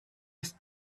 ist